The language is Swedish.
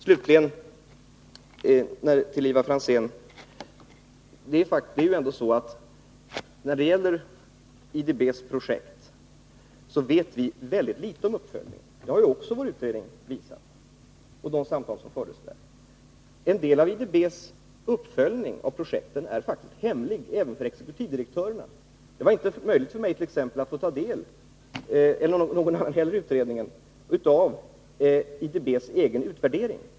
Slutligen vill jag till Ivar Franzén säga att vi vet väldigt litet om uppföljningen av IDB:s projekt. Det har också utredningen och de samtal som fördes där visat. En del av IDB:s utvärdering av projekten är faktiskt hemlig även för exekutivdirektörerna. Det var t.ex. inte möjligt för mig eller någon annan i utredningen att ta del av IDB:s egen utvärdering.